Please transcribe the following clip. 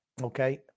Okay